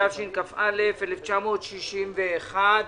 תשכ"א-1961.